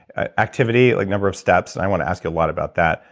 activity, like number of steps, and i want to ask you a lot about that.